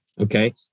okay